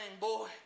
boy